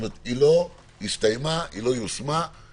היא לא הסתיימה, היא אינה מלאה.